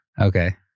Okay